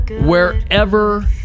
wherever